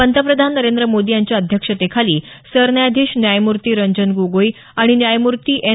पंतप्रधान नरेंद्र मोदी यांच्या अध्यक्षतेखाली सरन्यायाधीश न्यायमूर्ती रंजन गोगोई आणि न्यायमूर्ती एन